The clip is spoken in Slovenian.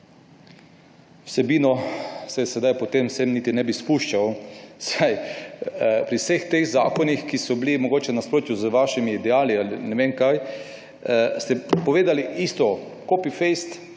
vsebino se sedaj po vsem tem niti ne bi spuščal, saj pri vseh teh zakonih, ki so bili mogoče v nasprotju z vašimi ideali ali ne vem kaj, ste povedali isto. Copy-paste.